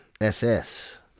SS